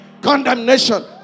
condemnation